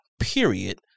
period